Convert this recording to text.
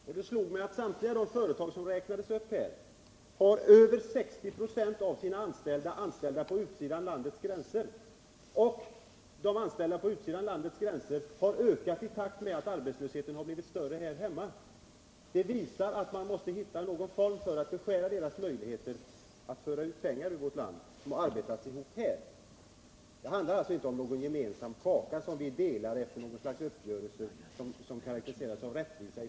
Det slog mig att samtliga uppräknade företag har över 60 96 av sina anställda sysselsatta utanför landets gränser. Dessa har också ökat i takt med att arbetslösheten har blivit större här hemma. Det visar att man måste finna någon form för att beskära deras möjligheter att föra ut pengar ur landet. Det handlar alltså inte om en gemensam kaka som vi delar efter en uppgörelse som karakteriseras av rättvisa.